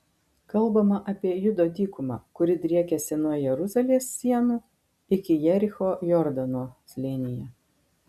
kalbama apie judo dykumą kuri driekiasi nuo jeruzalės sienų iki jericho jordano slėnyje